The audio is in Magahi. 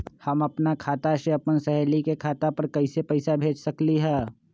हम अपना खाता से अपन सहेली के खाता पर कइसे पैसा भेज सकली ह?